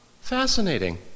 fascinating